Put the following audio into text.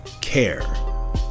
care